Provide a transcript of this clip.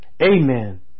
amen